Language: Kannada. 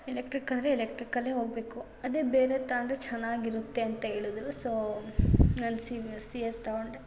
ಎಲೆಕ್ಟ್ರಿಕ್ ಅಂದರೆ ಎಲೆಕ್ಟ್ರಿಕಲ್ಲೇ ಹೋಗಬೇಕು ಅದೇ ಬೇರೆ ತಗೊಂಡ್ರೆ ಚೆನ್ನಾಗಿರುತ್ತೆ ಅಂತ ಹೇಳುದ್ರು ಸೋ ನಾನು ಸಿಬಿ ಸಿ ಎಸ್ ತಗೊಂಡೆ